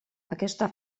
aquesta